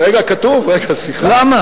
למה?